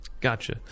Gotcha